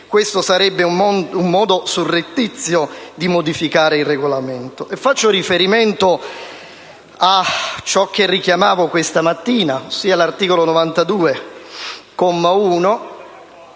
questo sarebbe un modo surrettizio di modificare il Regolamento.